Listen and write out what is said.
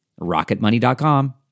rocketmoney.com